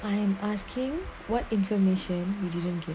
I am asking what information we didn't get